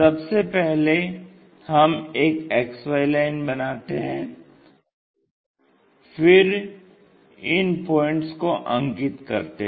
सबसे पहले हम एक XY लाइन बनाते हैं फिर इन पॉइंट्स को अंकित करते है